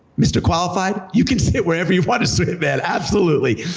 mr. qualified, you can sit wherever you want to sit, man! absolutely!